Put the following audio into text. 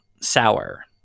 sour